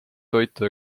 toitu